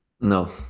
No